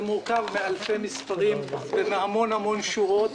זה מורכב מאלפי מספרים ומהמון המון שורות,